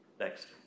Next